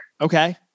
Okay